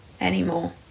anymore